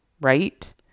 right